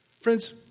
Friends